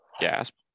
gasp